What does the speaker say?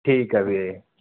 ਠੀਕ ਹੈ ਵੀਰੇ